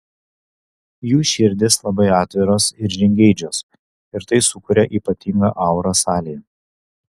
jų širdys labai atviros ir žingeidžios ir tai sukuria ypatingą aurą salėje